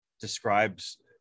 describes